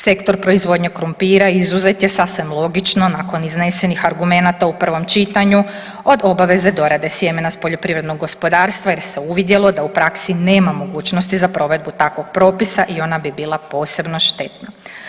Sektor proizvodnje krumpira izuzet je, sasvim logično, nakon iznesenih argumenata u prvom čitanju, od obaveze dorade sjemena s poljoprivrednog gospodarstva jer se uvidjelo da u praksi nema mogućnosti za provedbu takvog propisa i ona bi bila posebno štetna.